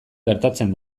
gertatzen